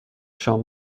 شام